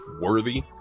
worthy